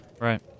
Right